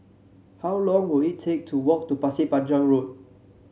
how long will it take to walk to Pasir Panjang Road